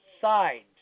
sides